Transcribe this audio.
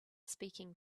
speaking